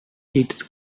its